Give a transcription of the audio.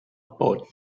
about